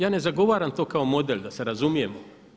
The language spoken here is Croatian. Ja ne zagovaram to kao model da se razumijemo.